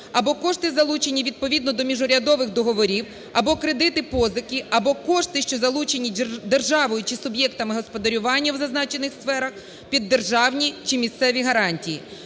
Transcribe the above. або кошти, залучені відповідно до міжурядових договорів або кредити позики, або кошти, що залучені державою чи суб'єктами господарювання в зазначених сферах під державні чи місцеві гарантії.